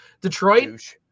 Detroit